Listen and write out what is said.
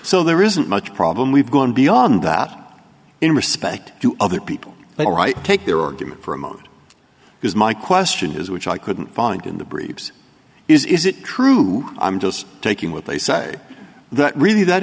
so there isn't much problem we've gone beyond that in respect to other people but all right take their argument for a moment because my question is which i couldn't find in the briefs is it true i'm just taking what they say that really that